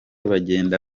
bagenda